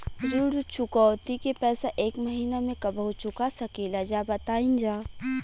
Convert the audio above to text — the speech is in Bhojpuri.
ऋण चुकौती के पैसा एक महिना मे कबहू चुका सकीला जा बताईन जा?